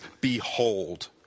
behold